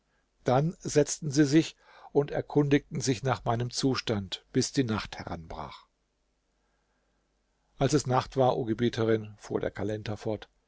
dann setzen sie sich und erkundigten sich nach meinem zustand bis die nacht heranbrach als es nacht war o gebieterin fuhr der kalender fort